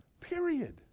period